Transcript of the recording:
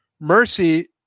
Mercy